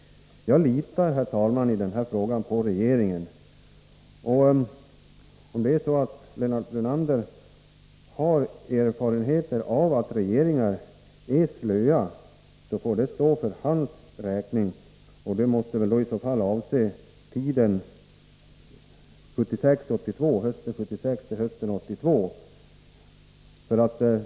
Jag litar, herr talman, i den här frågan på regeringen. Om Lennart Brunander har erfarenheter av att regeringar är slöa, får det stå för hans räkning. Det måste väl i så fall avse tiden från hösten 1976 till hösten 1982.